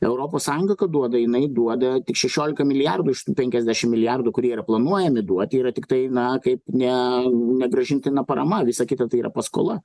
europos sąjunga kad duoda jinai duoda tik šešiolika milijardų iš tų penkiasdešim milijardų kurie yra planuojami duoti yra tiktai na kaip ne negrąžintina parama visa kita tai yra paskola